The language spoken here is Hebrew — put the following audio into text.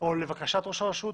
או לבקשת ראש הרשות.